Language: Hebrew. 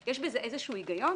יש בזה איזשהו היגיון?